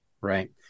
Right